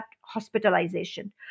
hospitalization